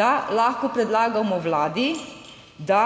da lahko predlagamo Vladi, da